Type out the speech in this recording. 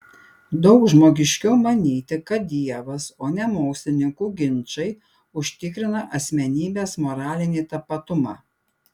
daug žmogiškiau manyti kad dievas o ne mokslininkų ginčai užtikrina asmenybės moralinį tapatumą